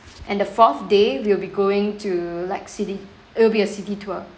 and the fourth day we'll be going to like city it will be a city tour